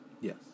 yes